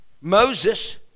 Moses